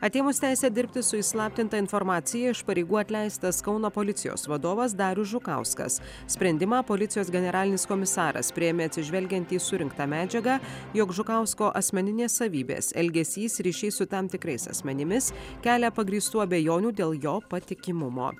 atėmus teisę dirbti su įslaptinta informacija iš pareigų atleistas kauno policijos vadovas darius žukauskas sprendimą policijos generalinis komisaras priėmė atsižvelgiant į surinktą medžiagą jog žukausko asmeninės savybės elgesys ryšiai su tam tikrais asmenimis kelia pagrįstų abejonių dėl jo patikimumo